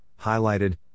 highlighted